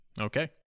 Okay